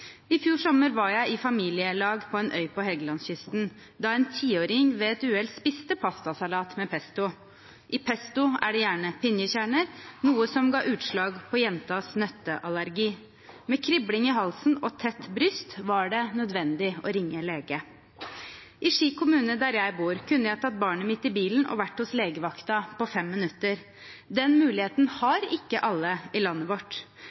I fjor sommer var jeg i familielag på en øy på Helgelandskysten, da en tiåring ved et uhell spiste pastasalat med pesto. I pesto er det gjerne pinjekjerner, noe som ga utslag på jentas nøtteallergi. Med kribling i halsen og tett bryst var det nødvendig å ringe lege. I Ski kommune, der jeg bor, kunne jeg tatt barnet mitt i bilen og vært hos legevakten på fem minutter. Den muligheten har ikke alle i landet vårt,